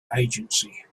agency